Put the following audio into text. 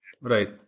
Right